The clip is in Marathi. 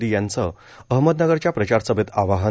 मोदी यांचं अहमदनगरच्या प्रचारसभेत आवाहन